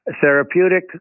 therapeutic